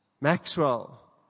Maxwell